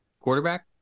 Quarterback